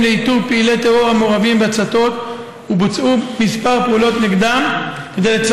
לאיתור פעילי טרור המעורבים בהצתות ובוצעו כמה פעולות נגדם,